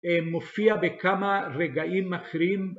מופיע בכמה רגעים אחרים